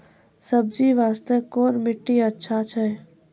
सब्जी बास्ते कोन माटी अचछा छै?